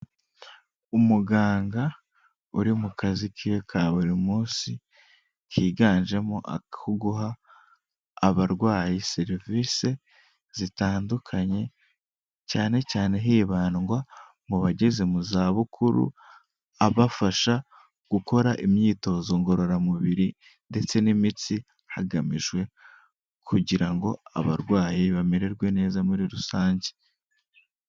Umuganga uri mu kazi ke ka buri munsi, kiganjemo ako guha abarwayi serivisi zitandukanye, cyane cyane hibandwa mu bageze mu zabukuru, abafasha gukora imyitozo ngororamubiri ndetse n'imitsi, hagamijwe kugira ngo abarwayi bamererwe neza muri rusange.